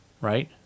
right